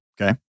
okay